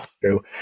True